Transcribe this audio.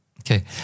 Okay